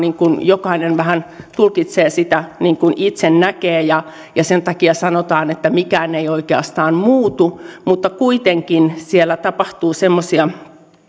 jokainen tulkitsee sitä vähän niin kuin itse näkee ja ja sen takia sanotaan että mikään ei oikeastaan muutu mutta kuitenkin siellä tapahtuu semmoisia